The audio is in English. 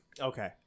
Okay